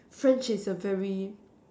French is a very